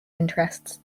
interests